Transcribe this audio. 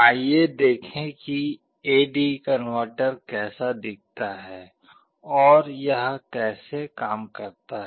आइए देखें कि एडी कनवर्टर कैसा दिखता है और यह कैसे काम करता है